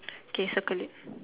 K circle it